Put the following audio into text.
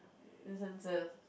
instances